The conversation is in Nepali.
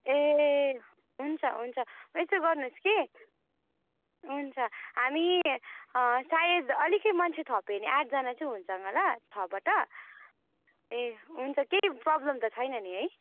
ए हुन्छ हुन्छ यसो गर्नुहोस् कि हुन्छ हामी साढे द अलिकति मान्छे थप्यो भने आठजना चाहिँ हुन्छौँ ल छबाट ए हुन्छ केही प्रब्लम त छैन नि है